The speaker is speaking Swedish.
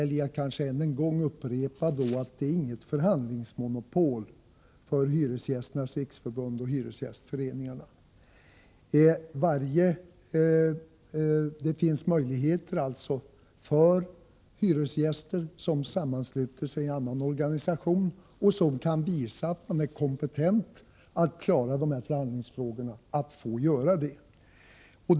Det är kanske då skäl att upprepa att Hyresgästernas riksförbund och hyresgästföreningarna inte har något förhandlingsmonopol. Hyresgäster som sammansluter sig i en annan organisation och kan visa att de är kompetenta att klara förhandlingsfrågorna kan alltså själva förhandla.